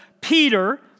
Peter